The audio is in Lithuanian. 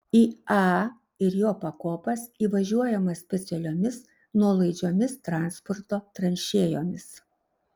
į a ir jo pakopas įvažiuojama specialiomis nuolaidžiomis transporto tranšėjomis